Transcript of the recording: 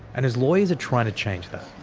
and his lawyers are trying to change that.